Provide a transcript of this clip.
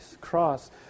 cross